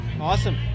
Awesome